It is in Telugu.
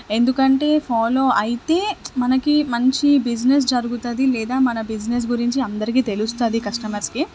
ఎందుకంటే ఫాలో అయితే మనకి మంచి బిజినెస్ జరుగుతుంది లేదా మన బిజినెస్ గురించి అందరికీ తెలుస్తుంది కస్టమర్స్కి